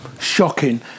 shocking